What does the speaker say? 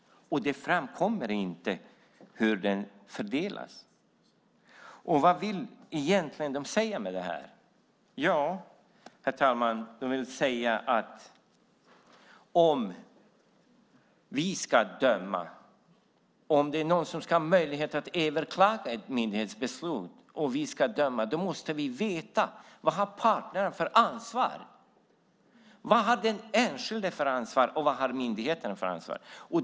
Hur det ansvaret fördelas framkommer emellertid inte. Vad vill de säga med det? Jo, de säger att om någon ska ha möjlighet att överklaga ett myndighetsbeslut och länsrätten ska döma måste de veta vilket ansvar parterna har. Vad har den enskilde för ansvar, och vad har myndigheterna för ansvar?